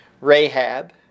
Rahab